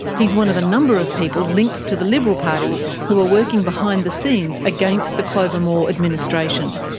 he's one of a number of people linked to the liberal party who are working behind the scenes against the clover moore administration.